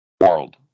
world